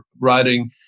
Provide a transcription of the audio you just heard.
writing